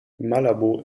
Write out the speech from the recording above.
malabo